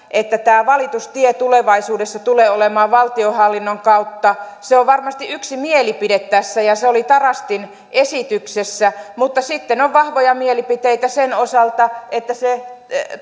että valitustie tulevaisuudessa tulee olemaan valtionhallinnon kautta on varmasti yksi mielipide tässä ja se oli tarastin esityksessä mutta sitten on vahvoja mielipiteitä sen osalta että se